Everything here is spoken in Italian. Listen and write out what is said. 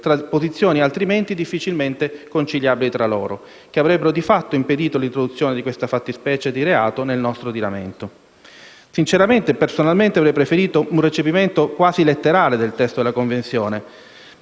tra posizioni altrimenti difficilmente conciliabili tra di loro, che avrebbero di fatto impedito l'introduzione di questa fattispecie di reato nel nostro ordinamento. Sinceramente, avrei personalmente preferito un recepimento quasi letterale del testo della Convenzione.